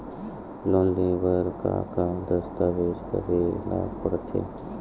Loan ले बर का का दस्तावेज करेला पड़थे?